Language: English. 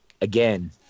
Again